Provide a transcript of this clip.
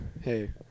Hey